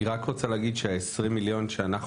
אני רק רוצה להגיד ש-20 מיליון שאנחנו